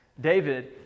David